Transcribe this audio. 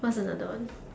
what's the another one